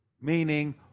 meaning